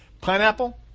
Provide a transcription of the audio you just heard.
Pineapple